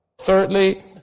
Thirdly